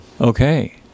Okay